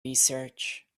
research